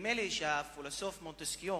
נדמה לי שהפילוסוף מונטסקיה,